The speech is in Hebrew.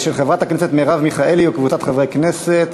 אני רואה